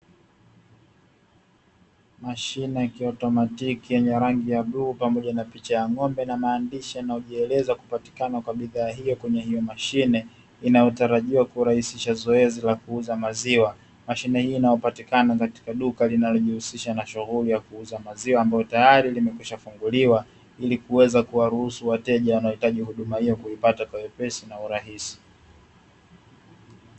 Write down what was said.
Mashine ya kiotomatiki yenye rangi ya bluu pamoja na picha ya ng'ombe na maandishi yanayojieleza kupatikana kwa bidhaa hiyo kwenye hiyo mashine inayotarajiwa kurahisisha zoezi la kuuza maziwa. Mashine hii inayopatikana katika duka linalojihusisha na shughuli ya kuuza maziwa ambayo tayari limekwishafunguliwa ili kuweza kuwaruhusu wateja wanayohitaji huduma hiyo waweze kuipata kwa wepesi na urahisi.